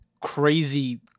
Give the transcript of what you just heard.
crazy